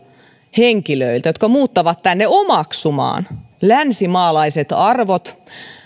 henkilöitä jotka muuttavat tänne omaksumaan länsimaalaiset arvot